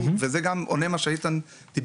קיים וזה גם עונה על מה שחבר הכנסת איתן גינזבורג